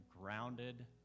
grounded